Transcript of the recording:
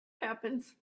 happens